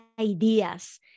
ideas